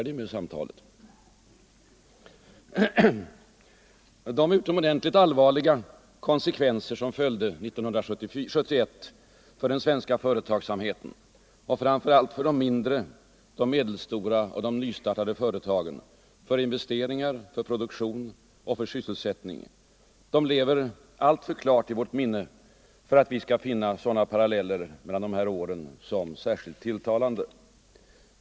De utomordentligt allvarliga konsekvenserna 1971 för den svenska företagsamheten och framför allt för de mindre, de medelstora och de nystartade företagen, för investeringar, för produktion och för sysselsättning lever alltför klart i vårt minne för att vi skall finna sådana paralleller mellan de åren särskilt tilltalande.